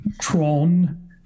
Tron